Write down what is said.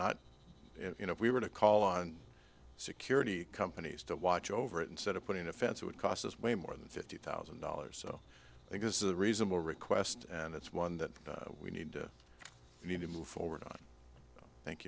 not you know if we were to call on security companies to watch over it instead of putting a fence it would cost us way more than fifty thousand dollars so it is a reasonable request and it's one that we need to move forward on thank